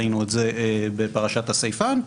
בפרשת הסייפן,